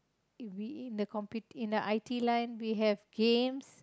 we in the compu~ in the I_T line we have games